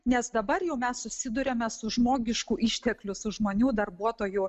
nes dabar jau mes susiduriame su žmogiškų išteklių su žmonių darbuotojų